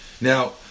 Now